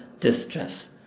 distress